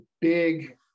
big